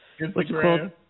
Instagram